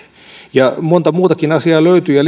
ja monta muutakin asiaa löytyy ja